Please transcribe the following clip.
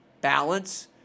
balance